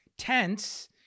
tense